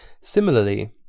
Similarly